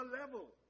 level